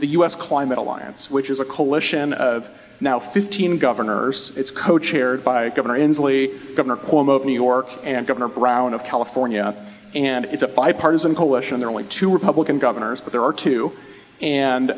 the u s climate alliance which is a coalition of now fifteen governors it's co chaired by governor inslee governor cuomo of new york and governor brown of california and it's a bipartisan coalition there are only two republican governors but there are two